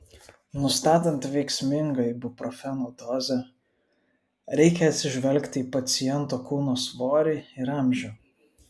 nustatant veiksmingą ibuprofeno dozę reikia atsižvelgti į paciento kūno svorį ir amžių